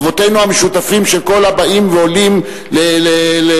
אבותינו המשותפים של כל הבאים ועולים להתפלל,